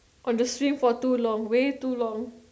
on the swim for too long way too long